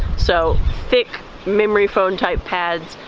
so thick memory foam type pads.